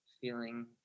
feeling